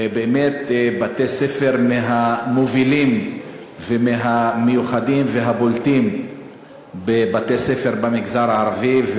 באמת בתי-ספר שהם מהמובילים ומהמיוחדים והבולטים בבתי-הספר במגזר הערבי.